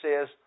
says